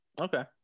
Okay